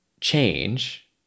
change